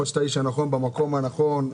נכון שאתה האיש הנכון במקום הנכון,